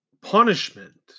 punishment